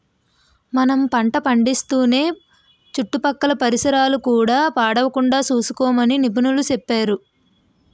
మనం పంట పండిస్తూనే చుట్టుపక్కల పరిసరాలు కూడా పాడవకుండా సూసుకోమని నిపుణులు సెప్పేరు